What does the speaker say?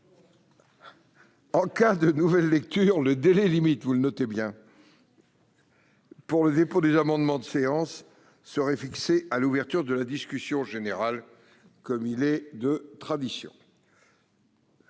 En cas de nouvelle lecture, le délai limite pour le dépôt des amendements de séance serait fixé à l'ouverture de la discussion générale, comme il est de tradition.